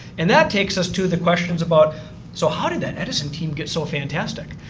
and that takes us to the questions about so how did that edison team get so fantastic?